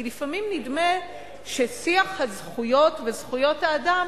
כי לפעמים נדמה ששיח הזכויות וזכויות האדם